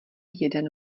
jeden